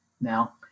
now